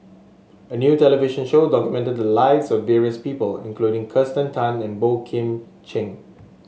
a new television show documented the lives of various people including Kirsten Tan and Boey Kim Cheng